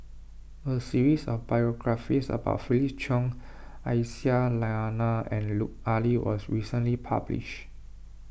a series of biographies about Felix Cheong Aisyah Lyana and Lut Ali was recently published